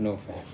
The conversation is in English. no f~